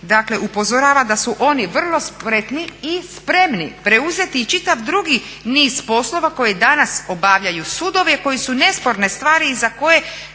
dakle upozorava da su oni vrlo spretni i spremni preuzeti i čitav drugi niz poslova koje danas obavljaju sudovi a koji su nesporene stvari i za koje